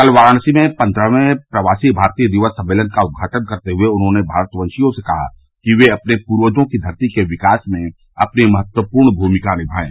कल वाराणसी में पन्द्रहवें प्रवासी भारतीय दिवस सम्मेलन का उद्घाटन करते हुए उन्होंने भारतवंशियों से कहा कि वे अपने पूर्वजों की धरती के विकास में अपनी भूमिका बढ़ायें